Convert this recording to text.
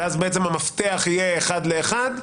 ואז המפתח יהיה אחד לאחד,